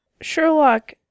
Sherlock